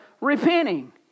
repenting